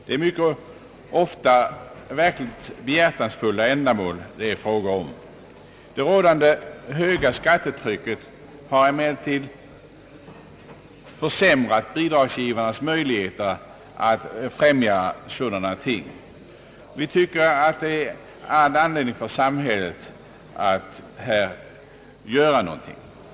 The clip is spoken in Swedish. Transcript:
Det är ofta verkligt behjärtansvärda ändamål det är fråga om. Det rådande höga skattetrycket har emellertid försämrat bidragsgivarnas möjligheter att främja sådana ting. Det är all anledning för samhället att göra någonting.